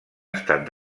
estat